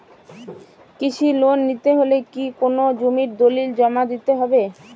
কৃষি লোন নিতে হলে কি কোনো জমির দলিল জমা দিতে হবে?